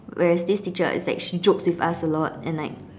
whereas this teacher it's like she jokes with us a lot and like